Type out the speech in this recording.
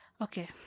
okay